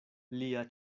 lia